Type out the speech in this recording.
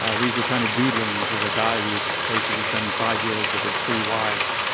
ah these were kind of doodlings of a guy was basically spending five years with his three wives,